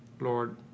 Lord